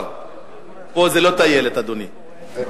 פה זה לא טיילת, אדוני.